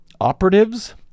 operatives